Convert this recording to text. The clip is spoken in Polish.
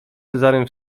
cezarym